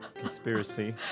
conspiracy